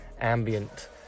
ambient